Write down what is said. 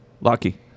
Lucky